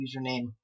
username